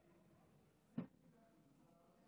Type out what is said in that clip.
בבקשה, שלוש